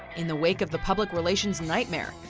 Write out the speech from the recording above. in the wake of the public relations nightmare,